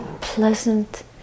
pleasant